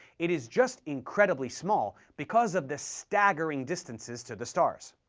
it is just incredibly small, because of the staggering distances to the stars.